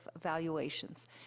valuations